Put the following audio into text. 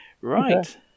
right